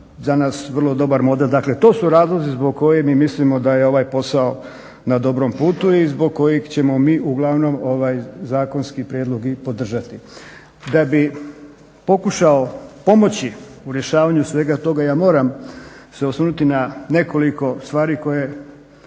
za nas vrlo dobar model. Dakle, to su razlozi zbog kojih mi mislimo da je ovaj posao na dobrom putu i zbog kojeg ćemo mi uglavnom zakonski prijedlog i podržati. Da bi pokušao pomoći u rješavanju svega toga ja moram se osvrnuti na nekoliko stvari koje